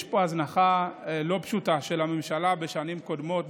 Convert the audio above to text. יש פה הזנחה לא פשוטה של הממשלה בשנים קודמות,